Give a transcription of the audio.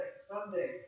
Sunday